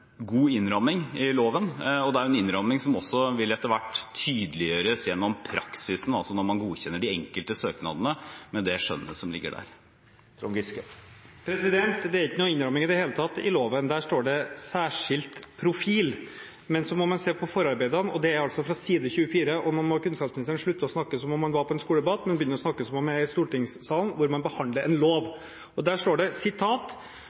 god innramming i loven, og det er en innramming som etter hvert også vil tydeliggjøres gjennom praksisen, altså når man godkjenner de enkelte søknadene med det skjønnet som ligger der. Det er ikke noen innramming i det hele tatt i loven. Der står det «særskilt profil», men så må man se på forarbeidene, og det er altså fra side 24. Nå må kunnskapsministeren slutte å snakke som om han var på en skoledebatt, men begynne å snakke som om han er i stortingssalen, hvor man behandler en lov. Der står det